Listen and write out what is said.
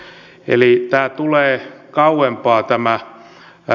eli tämä asia tulee kauempaa